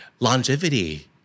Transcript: Longevity